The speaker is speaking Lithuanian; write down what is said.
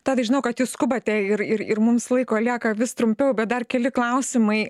tadai žinau kad jūs skubate ir ir ir mums laiko lieka vis trumpiau bet dar keli klausimai